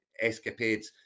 escapades